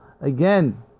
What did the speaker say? again